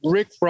Rick